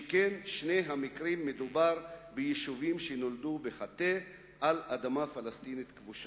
שכן בשני המקרים מדובר ביישובים שנולדו בחטא על אדמה פלסטינית כבושה.